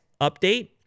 update